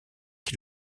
qui